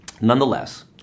Nonetheless